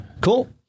Cool